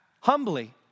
humbly